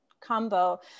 combo